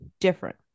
different